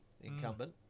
incumbent